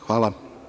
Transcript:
Hvala.